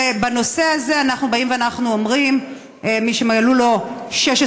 ובנושא הזה אנחנו באים ואומרים שמי שמלאו לו 16